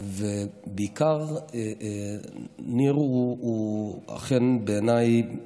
בעיקר ניר הוא אכן, בעיניי,